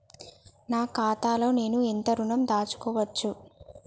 నా ఖాతాలో నేను ఎంత ఋణం దాచుకోవచ్చు?